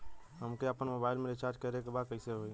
हमके आपन मोबाइल मे रिचार्ज करे के बा कैसे होई?